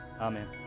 Amen